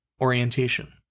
Orientation